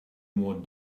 more